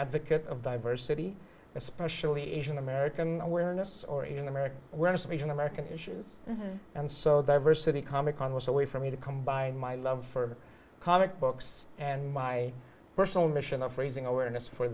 advocate of diversity especially asian american awareness or in america where to be an american issues and so there versity comic con was a way for me to combine my love for comic books and my personal mission of raising awareness for